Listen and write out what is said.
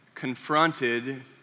confronted